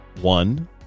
One